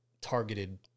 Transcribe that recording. targeted